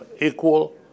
equal